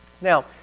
Now